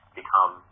become